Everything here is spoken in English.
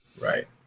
Right